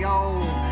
old